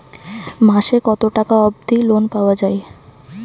মাসে কত টাকা অবধি লোন পাওয়া য়ায়?